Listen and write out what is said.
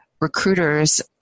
recruiters